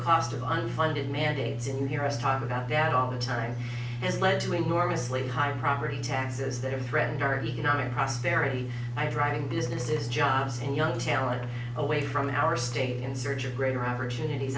of unfunded mandatesh and you hear us talk about that all the timeh has led to enormously high property taxes that have threatened our economic prosperity by driving businesses jobs and young talents away from our state in search of greater opportunities